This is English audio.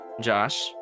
Josh